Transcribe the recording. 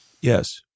Yes